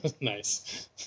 Nice